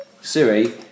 Siri